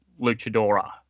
luchadora